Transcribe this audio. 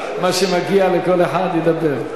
מה שמגיע לכל אחד, ידבר.